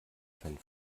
fan